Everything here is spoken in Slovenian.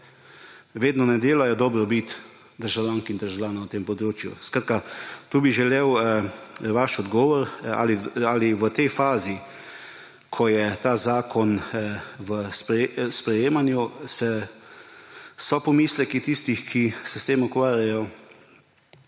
vedno v dobrobit državljank in državljanov na tem področju. Skratka, tu bi želel vaš odgovor, ali so v tej fazi, ko je ta zakon v sprejemanju, pomisleki tistih, ki se s tem ukvarjajo.